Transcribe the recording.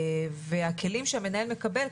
הכלים שהמנהל מקבל,